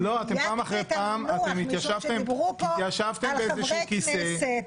אני דייקתי את המינוח משום שדיברו פה על חברי כנסת